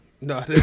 No